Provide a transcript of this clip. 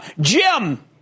Jim